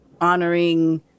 honoring